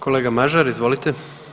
Kolega Mažar, izvolite.